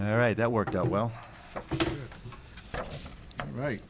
all right that worked out well right